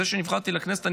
זה שנבחרתי לכנסת,